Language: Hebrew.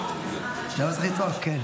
אוקיי.